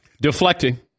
Deflecting